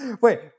Wait